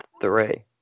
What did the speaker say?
Three